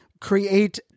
Create